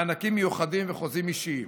מענקים מיוחדים וחוזים אישיים,